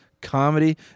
comedy